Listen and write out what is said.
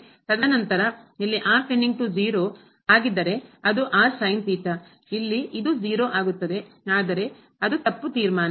ತದನಂತರ ಇಲ್ಲಿ ಆಗಿದ್ದರೆ ಅದು ಇಲ್ಲಿ ಇದು 0 ಆಗುತ್ತದೆ ಆದರೆ ಅದು ತಪ್ಪು ತೀರ್ಮಾನ